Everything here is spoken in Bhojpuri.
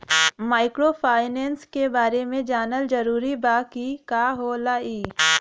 माइक्रोफाइनेस के बारे में जानल जरूरी बा की का होला ई?